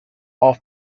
off